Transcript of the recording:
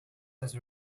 has